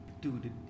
Dude